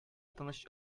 тыныч